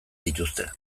dituzte